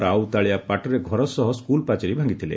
ରାଉତାଳିଆପାଟରେ ଘର ସହ ସ୍କୁଲ ପାଚେରୀ ଭାଙ୍ଗିଥିଲେ